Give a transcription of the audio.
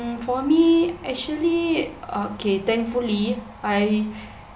mm for me actually uh okay thankfully I